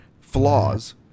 flaws